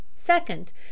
Second